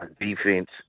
Defense